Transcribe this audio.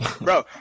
bro